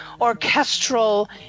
orchestral